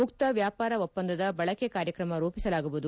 ಮುಕ್ತ ವ್ಯಾಪಾರ ಒಪ್ಪಂದದ ಬಳಕೆ ಕಾರ್ಯಕ್ರಮ ರೂಪಿಸಲಾಗುವುದು